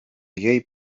jej